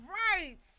right